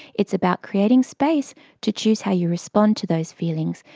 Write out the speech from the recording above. it's about creating space to choose how you respond to those feelings,